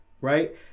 right